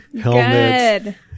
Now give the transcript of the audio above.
helmets